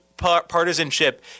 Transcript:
partisanship